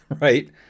right